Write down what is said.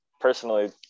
personally